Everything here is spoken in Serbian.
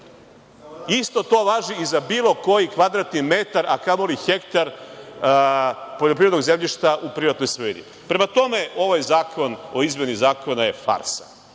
Isto to važi za bilo koji kvadratni metar, a kamo li hektar poljoprivrednog zemljišta u privatnoj svojini. Prema tome, ovaj zakon o izmeni zakona je farsa,